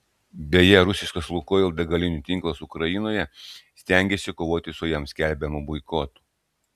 beje rusiškas lukoil degalinių tinklas ukrainoje stengiasi kovoti su jam skelbiamu boikotu